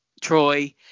troy